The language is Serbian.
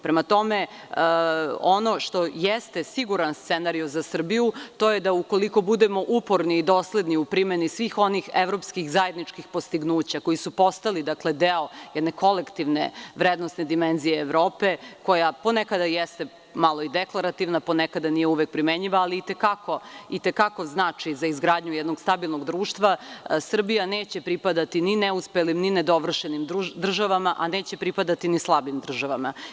Prema tome, ono što jeste siguran scenario za Srbiju, to je da, ukoliko budemo uporni i dosledni u primeni svih onih evropskih zajedničkih postignuća koji su postali deo jedne kolektivne vrednosne dimenzije Evrope, koja ponekad jeste malo deklarativna, ponekad nije uvek primenjiva, ali i te kako znači za izgradnju jednog stabilnog društva, Srbija neće pripadati ni neuspelim, ni nedovršenim državama, a neće pripadati ni slabim državama.